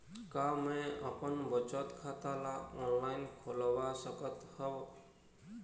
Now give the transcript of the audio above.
का मैं अपन बचत खाता ला ऑनलाइन खोलवा सकत ह?